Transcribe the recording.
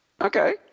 Okay